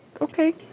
okay